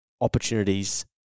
opportunities